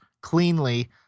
cleanly